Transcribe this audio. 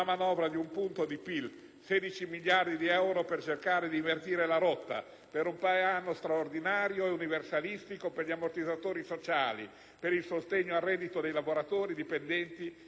16 miliardi di euro per cercare di invertire la rotta, per un piano straordinario e universalistico per gli ammortizzatori sociali, per il sostegno al reddito dei lavoratori dipendenti e dei pensionati.